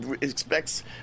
expects